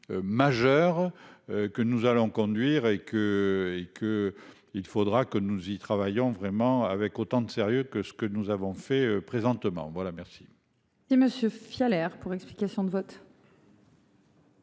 Majeure. Que nous allons conduire et que et que il faudra que nous y travaillons vraiment avec autant de sérieux que ce que nous avons fait présentement voilà merci. Et monsieur Fiole. Pour explication de vote.